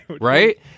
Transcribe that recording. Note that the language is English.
Right